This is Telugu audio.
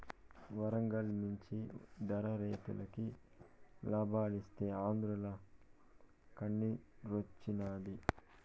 వరంగల్ మిచ్చి ధర రైతులకి లాబాలిస్తీ ఆంద్రాల కన్నిరోచ్చినాది